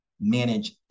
manage